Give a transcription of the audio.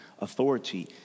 authority